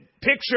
Picture